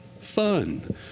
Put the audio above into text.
fun